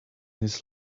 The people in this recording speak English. his